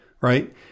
right